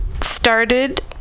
started